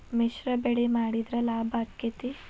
ಮಿಶ್ರ ಬೆಳಿ ಮಾಡಿದ್ರ ಲಾಭ ಆಕ್ಕೆತಿ?